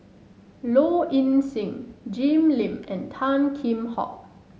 Low Ing Sing Jim Lim and Tan Kheam Hock